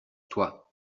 toi